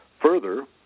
Further